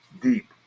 deep